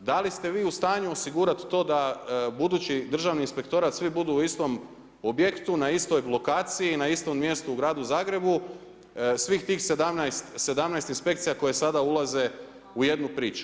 da li ste vi u stanju osigurati to da budući državni inspektorat svi budu u istom objektu, na isto lokaciji, na istom mjestu u gradu Zagrebu, svih tih 17 inspekcija koje ulaze u jednu priču.